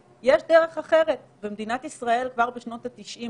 לחוקי מדינת ישראל שחלים היום שם,